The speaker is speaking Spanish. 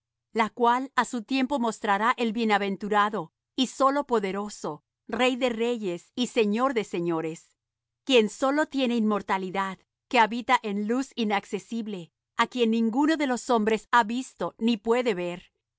la cual á su tiempo mostrará el bienaventurado y solo poderoso rey de reyes y señor de señores quien sólo tiene inmortalidad que habita en luz inaccesible á quien ninguno de los hombres ha visto ni puede ver